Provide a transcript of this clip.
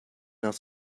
nach